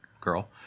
girl